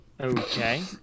Okay